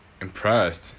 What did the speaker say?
impressed